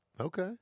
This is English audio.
Okay